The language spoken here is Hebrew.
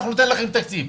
ניתן לכם תקציב.